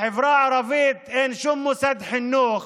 בחברה הערבית אין שום מוסד חינוך